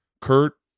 Kurt